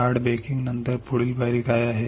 hard baking त्यानंतर पुढील पायरी काय आहे